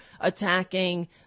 attacking